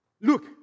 look